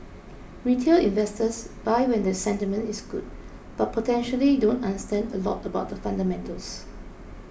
retail investors buy when the sentiment is good but potentially don't understand a lot about the fundamentals